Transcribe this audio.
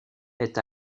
est